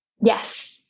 Yes